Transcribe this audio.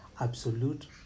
absolute